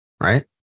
Right